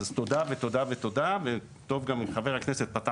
אז תודה ושוב תודה וטוב שכחבר הכנסת גם פתח